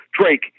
Drake